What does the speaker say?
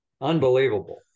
unbelievable